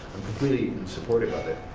completely supportive of it.